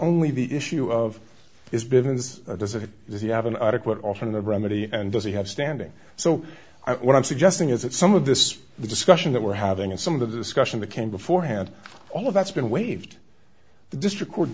only the issue of his bivins does it does he have an adequate alternative remedy and does he have standing so i what i'm suggesting is that some of this discussion that we're having and some of the discussion that came before hand all of that's been waived the district court